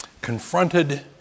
confronted